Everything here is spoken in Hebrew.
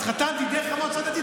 התחתנתי דרך המועצה הדתית,